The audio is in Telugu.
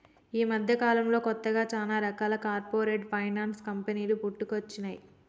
యీ మద్దెకాలంలో కొత్తగా చానా రకాల కార్పొరేట్ ఫైనాన్స్ కంపెనీలు పుట్టుకొచ్చినై